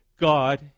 God